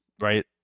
Right